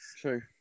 true